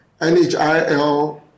NHIL